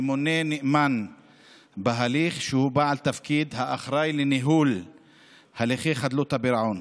ממונה נאמן בהליך שהוא בעל תפקיד האחראי לניהול הליכי חדלות הפירעון.